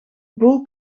boel